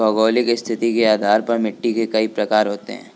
भौगोलिक स्थिति के आधार पर मिट्टी के कई प्रकार होते हैं